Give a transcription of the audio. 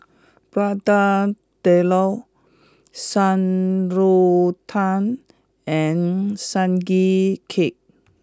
Prata Telur Shan Rui Tang and sugee cake